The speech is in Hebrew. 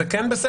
זה כן בסדר?